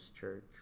church